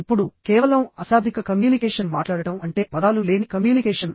ఇప్పుడు కేవలం అశాబ్దిక కమ్యూనికేషన్ మాట్లాడటం అంటే పదాలు లేని కమ్యూనికేషన్